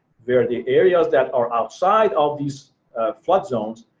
they are the areas that are outside of these flood zones.